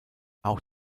auch